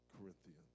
Corinthians